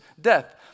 death